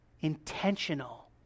intentional